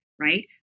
Right